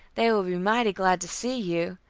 they will be mighty glad to see you.